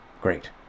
Great